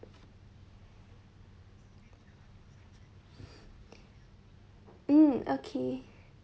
mm okay